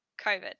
COVID